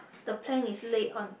the plank is laid on